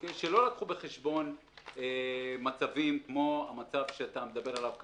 שלא לקחו בחשבון מצבים כמו המצב שאתה מדבר עליו כרגע.